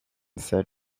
said